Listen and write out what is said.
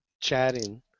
chatting